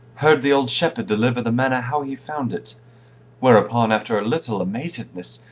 heard the old shepherd deliver the manner how he found it whereupon, after a little amazedness,